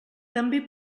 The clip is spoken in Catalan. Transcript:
també